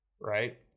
right